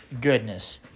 goodness